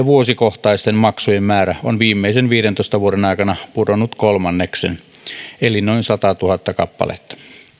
vuosikohtaisten maksujen määrä on viimeisen viidentoista vuoden aikana pudonnut kolmanneksen eli noin satatuhatta kappaletta